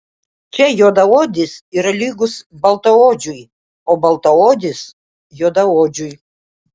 čia juodaodis yra lygus baltaodžiui o baltaodis juodaodžiui